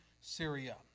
Syria